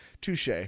Touche